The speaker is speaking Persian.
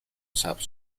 سبز